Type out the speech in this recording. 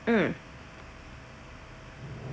mm